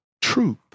truth